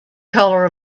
color